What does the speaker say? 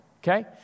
okay